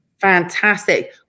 Fantastic